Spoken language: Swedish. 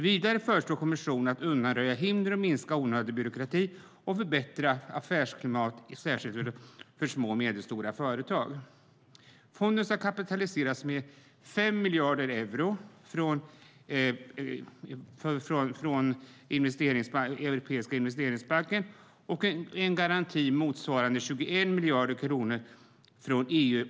Vidare föreslår kommissionen åtgärder för att undanröja hinder och minska onödig byråkrati och förbättra affärsklimatet särskilt för små och medelstora företag. Fonden ska kapitaliseras med 5 miljarder euro från Europeiska investeringsbanken och en garanti från EU så att det totalt blir 21 miljarder euro.